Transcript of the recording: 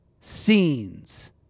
scenes